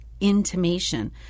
Intimation